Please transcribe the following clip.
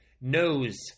knows